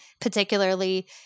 particularly